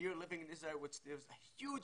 במיוחד עכשיו כשיש הסכמי